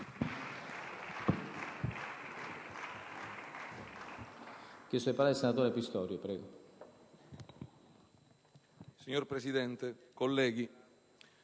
Signor Presidente, colleghi,